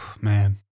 man